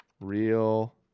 real